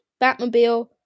Batmobile